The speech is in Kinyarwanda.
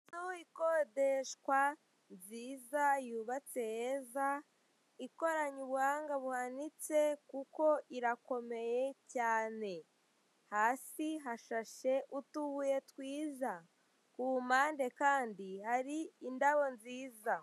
Inzu ikodeshwa nziza yubatse heza ikoranye ubuhanga buhanitse kuko irakomeye cyane, hasi hashashe utubuye twiza, kumpande kandi hari indabo nziza.